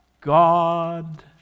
God